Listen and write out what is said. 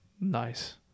nice